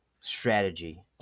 strategy